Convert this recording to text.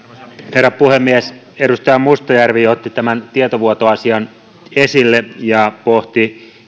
herra puhemies edustaja mustajärvi otti tämän tietovuotoasian esille ja pohti